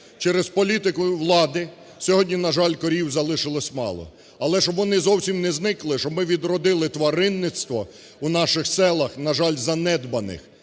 Через політику влади сьогодні, на жаль, корів залишилось мало. Але щоб вони зовсім не зникли, щоб ми відродили тваринництво у наших селах, на жаль, занедбаних